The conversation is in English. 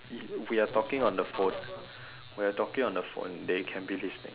we are talking on the phone we are talking on the phone they can be listening